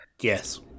Yes